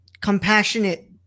compassionate